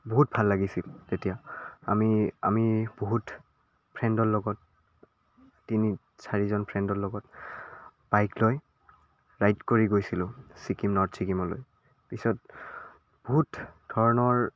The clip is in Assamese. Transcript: বহুত ভাল লাগিছিল তেতিয়া আমি আমি বহুত ফ্ৰেণ্ডৰ লগত তিনি চাৰিজন ফ্ৰেণ্ডৰ লগত বাইক লৈ ৰাইড কৰি গৈছিলোঁ ছিকিম নৰ্থ ছিকিমলৈ পিছত বহুত ধৰণৰ